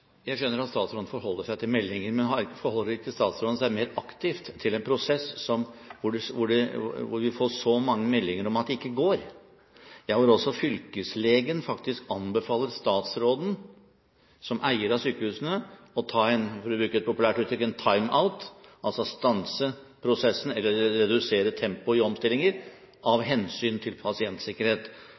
Jeg skjønner at statsråden forholder seg til meldinger, men forholder ikke statsråden seg mer aktivt til en prosess hvor vi får så mange meldinger om at det ikke går, ja, hvor også fylkeslegen faktisk anbefaler statsråden som eier av sykehusene å ta – for å bruke et populært uttrykk – en «time out», altså stanse prosessen, eller redusere tempoet i omstillinger, av hensyn til